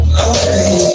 Okay